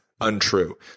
untrue